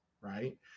right